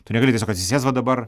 tu negali tiesiog atsisėst va dabar